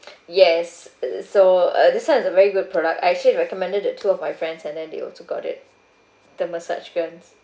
yes uh so uh this one is a very good product I actually recommended it to two of my friends and then they also got it the massage guns